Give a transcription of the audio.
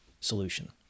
solution